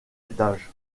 étages